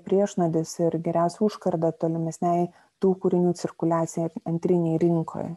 priešnuodis ir geriausia užkarda tolimesnei tų kūrinių cirkuliacijai antrinėj rinkoj